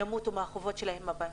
הם ימותו מהחובות שלהם לבנקים.